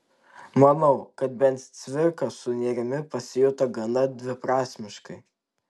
manau kad bent cvirka su nėrimi pasijuto gana dviprasmiškai